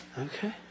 okay